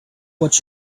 what